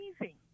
amazing